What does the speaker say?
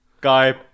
guy